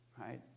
right